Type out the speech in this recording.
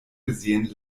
gesehen